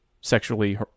sexually